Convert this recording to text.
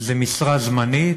זה משרה זמנית,